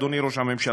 אדוני ראש הממשלה,